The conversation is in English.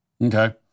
Okay